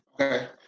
Okay